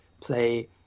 play